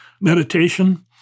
Meditation